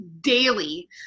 daily